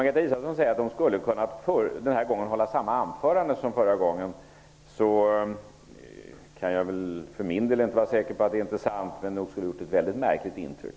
Margareta Israelsson säger att hon i dag skulle ha kunnat hålla samma anförande som i den förra debatten. Jag kan inte vara säker på att det inte är sant, men det skulle nog ha gjort ett väldigt märkligt intryck.